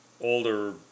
older